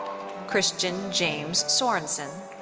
christian james sorensen.